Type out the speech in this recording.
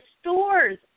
stores